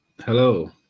Hello